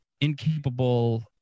incapable